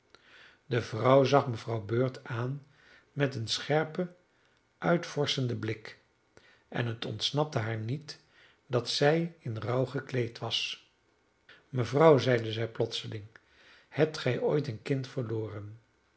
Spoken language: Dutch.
de vrouw zag mevrouw bird aan met een scherpen uitvorschenden blik en het ontsnapte haar niet dat zij in rouw gekleed was mevrouw zeide zij plotseling hebt gij ooit een kind verloren